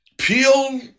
peel